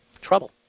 Trouble